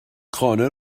خانه